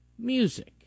music